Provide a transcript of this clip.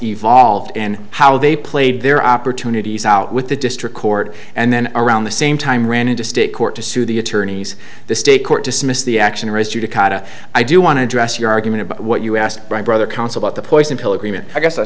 evolved and how they played their opportunities out with the district court and then around the same time ran into state court to sue the attorneys the state court dismissed the action or is judicata i do want to address your argument about what you asked brother council about the poison pill agreement i guess i